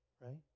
right